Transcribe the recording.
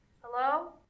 Hello